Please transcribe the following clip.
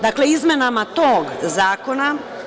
Dakle, izmenama tog zakona…